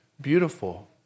beautiful